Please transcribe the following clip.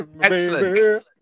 Excellent